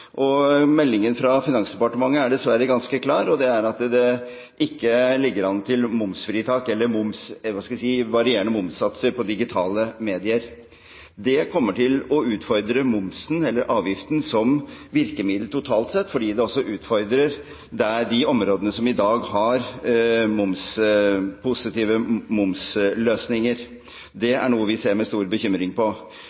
Meldingen fra Finansdepartementet er dessverre ganske klar, og den er at det ikke ligger an til noe momsfritak eller – hva skal jeg si – varierende momssatser på digitale medier. Det kommer til å utfordre momsen, eller avgiften, som virkemiddel totalt sett fordi det også utfordrer de områdene som i dag har positive momsløsninger. Det